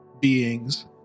beings